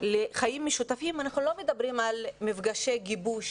לחיים משותפים אנחנו לא מדברים על מפגשי גיבוש,